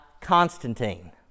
Constantine